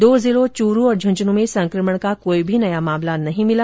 दो जिलों चूरू और झुंझुनू में संकमण का कोई नया मामला भी नहीं मिला